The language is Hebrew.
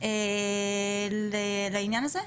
לעניין הזה?